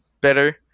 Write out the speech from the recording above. better